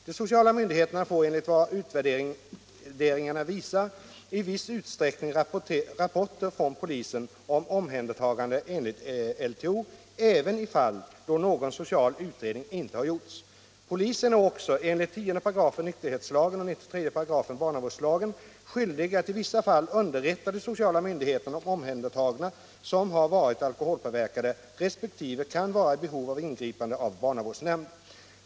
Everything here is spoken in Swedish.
De sociala myndigheterna får enligt vad utvärderingarna visar i viss utsträckning rapporter från polisen om omhändertaganden enligt LTO även i fall då någon social utredning inte har gjorts. Polisen är också enligt 10 § nykterhetsvårdslagen och 933 barnavårdslagen skyldig att i vissa fall underrätta de sociala myndigheterna om omhändertagna som har varit alkoholpåverkade resp. kan vara i behov av ingripande av barnavårdsnämnd.